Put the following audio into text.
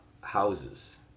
houses